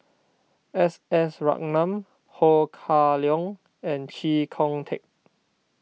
S S Ratnam Ho Kah Leong and Chee Kong Tet